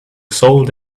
sold